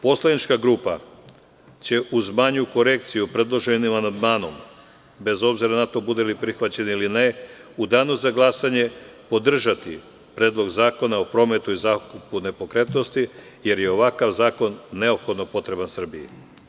Poslanička grupa će uz manju korekciju, predloženim amandmanom, bez obzira na to bude li prihvaćen ili ne, u danu za glasanje podržati Predlog zakona o prometu i zakupu nepokretnosti jer je ovakav zakon neophodno potreban Srbiji.